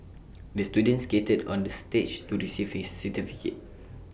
the student skated on the stage to receive his certificate